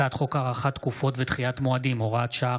הצעת חוק הארכת תקופות ודחיית מועדים (הוראת שעה,